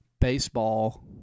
Baseball